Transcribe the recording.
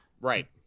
Right